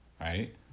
Right